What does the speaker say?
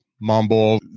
mumble